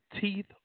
teeth